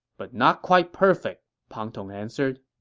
but not quite perfect, pang tong answered